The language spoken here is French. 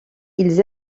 ils